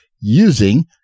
using